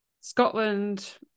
Scotland